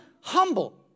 humble